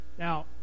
Now